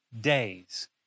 days